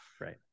right